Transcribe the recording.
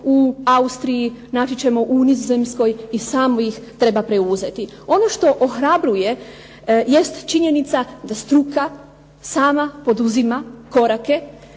u Austriji, naći ćemo u Nizozemskoj i samo ih treba preuzeti. Ono što ohrabruje jest činjenica da struka sama poduzima korake